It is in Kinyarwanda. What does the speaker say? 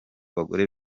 bagore